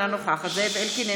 אינה נוכחת זאב אלקין,